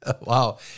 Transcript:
Wow